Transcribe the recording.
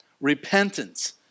Repentance